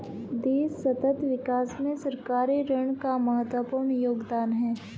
देश सतत विकास में सरकारी ऋण का महत्वपूर्ण योगदान है